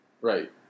Right